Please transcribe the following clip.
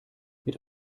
mit